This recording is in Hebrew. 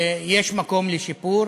יש מקום לשיפור,